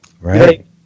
Right